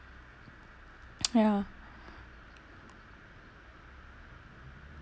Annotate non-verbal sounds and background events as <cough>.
<noise> yeah